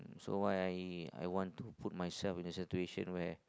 so I I want to put myself in a situation where